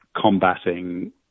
combating